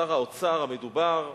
שר האוצר המדובר,